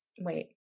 wait